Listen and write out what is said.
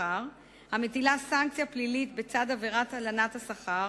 השכר המטילה סנקציה פלילית בצד עבירת הלנת השכר,